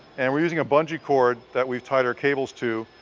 and we're using a bungie cord that we tied our cables to,